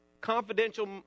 confidential